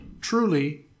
Truly